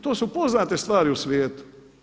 To su poznate stvari u svijetu.